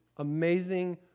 amazing